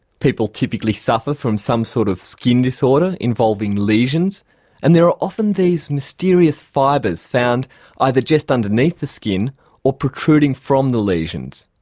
people typically suffer from some sort of skin disorder involving lesions and there are often these mysterious fibres found either just underneath the skin or protruding from the lesions.